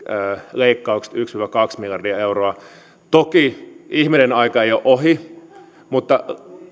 leikkaukset yksi viiva kaksi miljardia euroa toki ihmeiden aika ei ole ohi mutta